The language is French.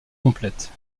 complète